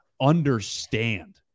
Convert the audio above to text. understand